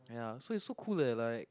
ya so it's so cool that like